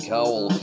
Cowl